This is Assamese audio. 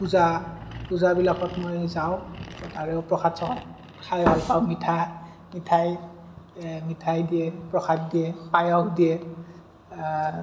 পূজা পূজাবিলাকত মই যাওঁ তাৰেও প্ৰসাদ শ্ৰসাদ খাই ভাল পাওঁ মিঠা মিঠাই মিঠাই দিয়ে প্ৰসাদ দিয়ে পায়স দিয়ে